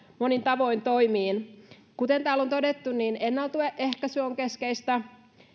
monin tavoin toimiin kuten täällä on todettu ennaltaehkäisy on keskeistä